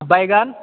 बैगन